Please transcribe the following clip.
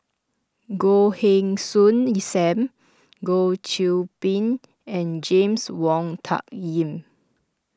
Goh Heng Soon Sam Goh Qiu Bin and James Wong Tuck Yim